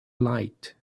light